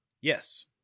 Yes